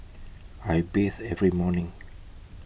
I bathe every morning